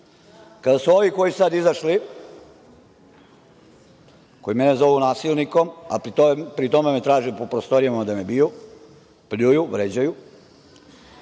kada su ovi koji su sada izašli, koji mene zovu nasilnikom, a pri tome me traže po prostorijama da me biju, pljuju, vređaju…Mogli